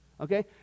okay